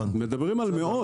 מדברים על מאות.